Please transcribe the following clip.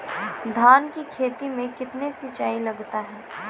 धान की खेती मे कितने सिंचाई लगता है?